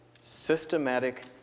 systematic